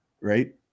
right